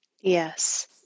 Yes